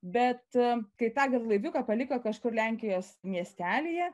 bet kai tą garlaiviuką paliko kažkur lenkijos miestelyje